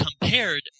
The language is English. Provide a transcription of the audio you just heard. compared